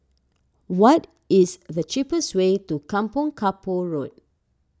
what is the cheapest way to Kampong Kapor Road